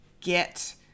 get